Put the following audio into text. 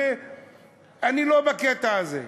ואני לא בקטע הזה.